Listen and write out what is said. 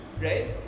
right